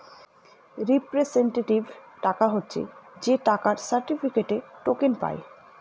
representative টাকা হচ্ছে যে টাকার সার্টিফিকেটে, টোকেন পায়